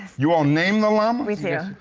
you all name the llamas? yeah